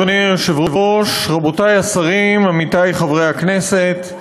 אדוני היושב-ראש, רבותי השרים, עמיתי חברי הכנסת,